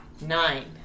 nine